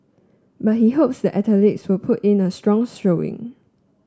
but he hopes the athletes will put in a strong's showing